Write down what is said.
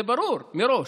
זה ברור מראש,